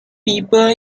people